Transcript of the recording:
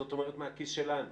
זאת אומרת מהכיס שלנו.